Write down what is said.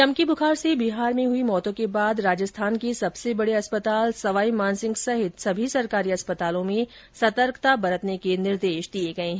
चमकी बुखार से बिहार में हुई मौतों के बाद राजस्थान के सबसे बड़े अस्पताल सवाई मानसिंह सहित सभी सरकारी अस्पतालों में सतर्कता बरतने के निर्देश दिए गए है